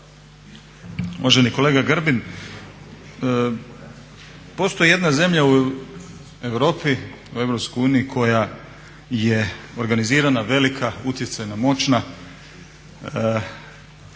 Uvaženi kolega Grbin, postoji jedna zemlja u Europi, u Europskoj uniji koja je organizirana, velika, utjecajna, moćna, koja